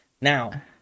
now